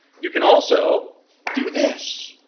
you can also do this.